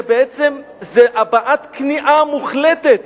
ובעצם זאת הבעת כניעה מוחלטת